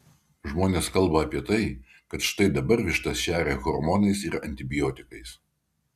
žmonės kalba apie tai kad štai dabar vištas šeria hormonais ir antibiotikais